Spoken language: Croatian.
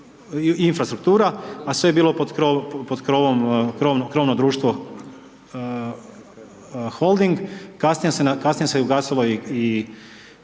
Infrastruktura, a sve je bilo pod krovom, krovno društvo Holding, kasnije se ugasilo i